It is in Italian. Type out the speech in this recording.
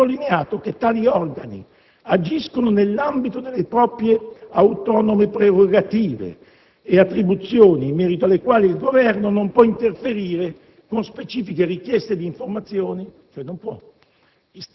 ha sottolineato che tali organi agiscono nell'ambito delle proprie autonome prerogative e attribuzioni, in merito alle quali il Governo non può interferire con specifiche richieste di informazioni, stante la